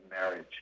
marriage